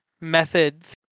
methods